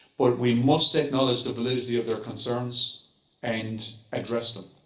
but we must acknowledge the validity of their concerns and address them.